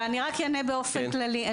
אבל אני רק אענה באופן כללי.